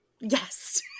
Yes